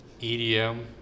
EDM